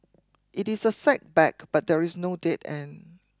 it is a setback but there is no dead end